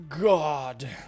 God